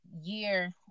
year